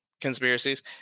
conspiracies